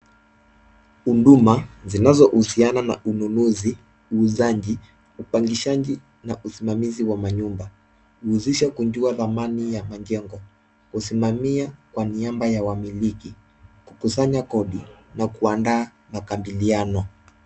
Huduma zinazohusiana na ununuzi, uuzaji, upangishaji, na usimamizi wa manyumba. Huusisha kujua dhamani ya majengo. Husimamia kwa niaba ya wamiliki, kukusanya kodi na kuandaa makabiliano.